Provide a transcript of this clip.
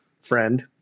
friend